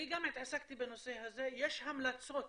אני גם התעסקתי בנושא הזה, יש המלצות